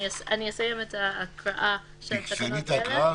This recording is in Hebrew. אני אסיים את ההקראה של התקנות האלה --- תסיימי את ההקראה,